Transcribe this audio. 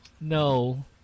No